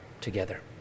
together